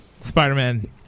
Spider-Man